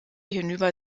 hinüber